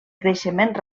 creixement